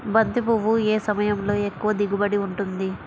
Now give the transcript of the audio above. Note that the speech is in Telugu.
బంతి పువ్వు ఏ సమయంలో ఎక్కువ దిగుబడి ఉంటుంది?